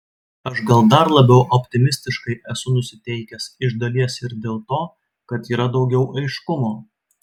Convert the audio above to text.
aš gal dar labiau optimistiškai esu nusiteikęs iš dalies ir dėl to kad yra daugiau aiškumo